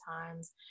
times